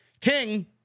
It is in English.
King